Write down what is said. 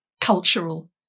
cultural